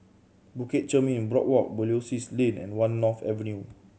Bukit Chermin Boardwalk Belilios Lane and One North Avenue